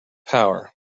power